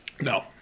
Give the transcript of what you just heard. No